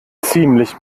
ziemlich